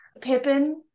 Pippin